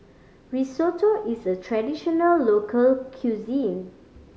Risotto is a traditional local cuisine